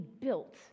built